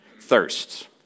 thirsts